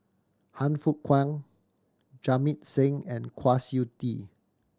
Han Fook Kwang Jamit Singh and Kwa Siew Tee